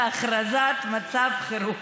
הכרזת מצב חירום,